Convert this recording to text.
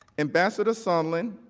ambassador sondland,